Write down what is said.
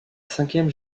cinquième